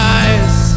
eyes